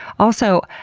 also,